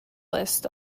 list